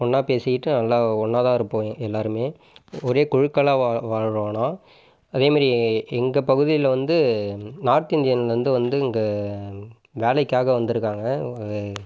ஒன்றா பேசிக்கிட்டு நல்லா ஒன்றாதான் இருப்போம் எல்லாேருமே ஒரே குழுக்களாக வா வாழ்வோம் ஆனால் அதே மாரி எங்கள் பகுதியில் வந்து நார்த் இந்தியன்லேருந்து வந்து இங்கே வேலைக்காக வந்திருக்காங்க